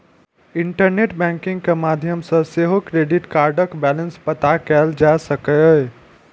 internet banking के माध्यम सं सेहो क्रेडिट कार्डक बैलेंस पता कैल जा सकैए